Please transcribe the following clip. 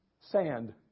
Sand